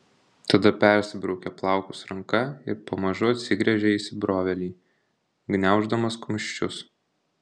tada persibraukia plaukus ranka ir pamažu atsigręžia į įsibrovėlį gniauždamas kumščius